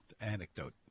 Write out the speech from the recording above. anecdote